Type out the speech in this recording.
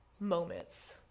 moments